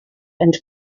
and